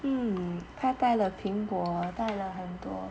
hmm 他带了苹果带了很多